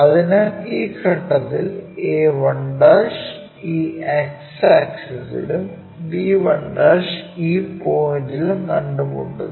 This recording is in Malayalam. അതിനാൽ ഈ ഘട്ടത്തിൽ a1 ഈ X ആക്സിസിലും b1' ഈ പോയിന്റിലും കണ്ടുമുട്ടുന്നു